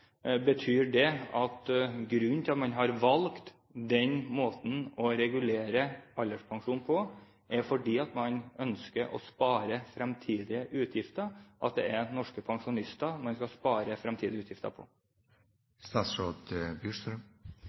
Betyr det at grunnen til at man har valgt den måten å regulere alderspensjonen på, er at man ønsker å spare fremtidige utgifter, at det er norske pensjonister man skal spare fremtidige utgifter